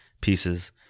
pieces